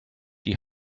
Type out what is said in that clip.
die